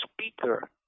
speaker